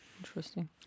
Interesting